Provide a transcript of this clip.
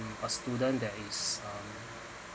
a student that is uh